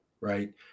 right